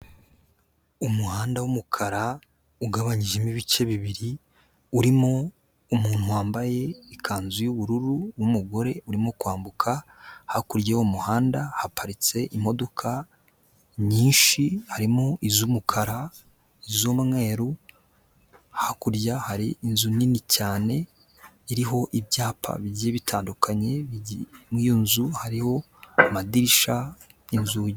Umuhanda w'umukara ugabanyijemo ibice bibiri, urimo umuntu wambaye ikanzu y'ubururu w'umugore urimo kwambuka hakurya y'umuhanda haparitse imodoka nyinshi harimo iz'umukara, iz'umweru, hakurya hari inzu nini cyane iriho ibyapa bigiye bitandukanye, muri iyo nzu hari amadirishya n'inzugi.